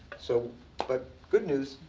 so but good news,